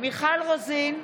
מיכל רוזין,